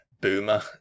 boomer